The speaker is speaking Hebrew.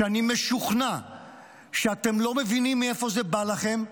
אני משוכנע שאתם לא מבינים מאיפה זה בא לכם,